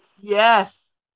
Yes